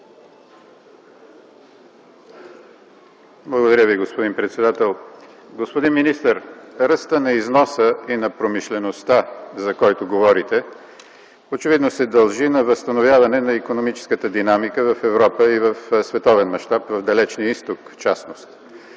Благодаря, господин председател. Господин министър, ръстът на износа и на промишлеността, за който говорите, се дължи на възстановяване на икономическата динамика в Европа и в световен мащаб, в далечния Изток в частност,